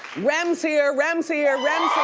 rem's here, rem's here.